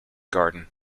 garden